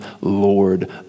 Lord